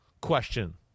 question